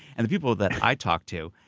and the people that i talk to,